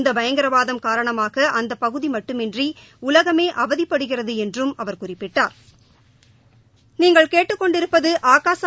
இந்த பயங்கரவாதம் காரணமாக அந்த பகுதி மட்டுமின்றி உலகமே அவதிப்படுகிறது என்றும் அவர் குறிப்பிட்டா்